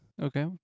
Okay